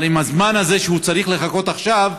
אבל עם הזמן שהוא צריך לחכות עכשיו,